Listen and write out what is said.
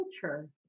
culture